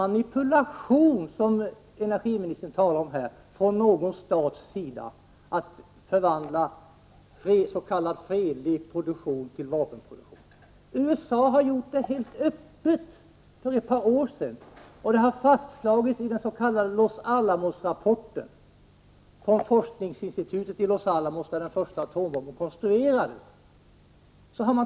Det krävs inte, som energiministern sade, någon manipulation från en stats sida för att den skall förvandla s.k. fredlig produktion till vapenproduktion. USA har gjort det helt öppet för ett par år sedan. Det har fastslagits i den s.k. Los Alamos-rapporten från forskningsinstitutet i Los Alamos, där den första atombomben konstruerades.